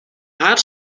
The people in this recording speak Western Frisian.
har